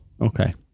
Okay